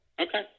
Okay